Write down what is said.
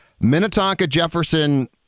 Minnetonka-Jefferson